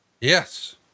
Yes